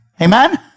Amen